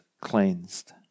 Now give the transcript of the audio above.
cleansed